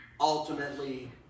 ultimately